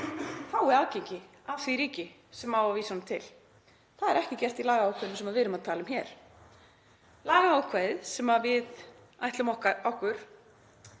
fái aðgengi að því ríki sem á að vísa honum til. Það er ekki gert í lagaákvæðinu sem við erum að tala um hér. Lagaákvæðið sem við ætlum okkur